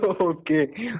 okay